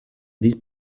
these